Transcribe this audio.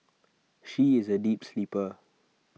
she is A deep sleeper